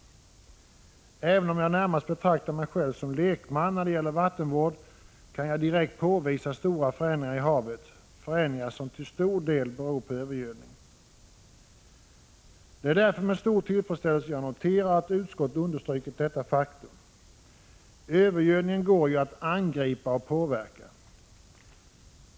Även om jag närmast betraktar mig själv som lekman när det gäller vattenvård, kan jag direkt påvisa stora förändringar i havet, förändringar som till stor del beror på övergödning. Det är därför med stor tillfredsställelse jag noterar att utskottet understrukit detta faktum. Övergödningen går ju att angripa och påverka.